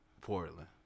Portland